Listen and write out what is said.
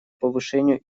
повышению